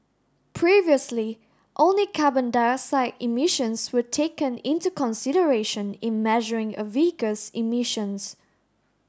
previously only carbon dioxide emissions were taken into consideration in measuring a vehicle's emissions